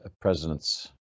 presidents